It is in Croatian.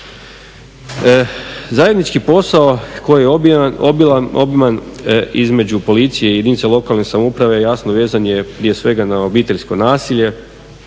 Zajednički posao koji je obiman između policije i jedinice lokalne samouprave jasno vezan je prije svega na obiteljsko nasilje,